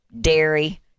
dairy